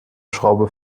schraube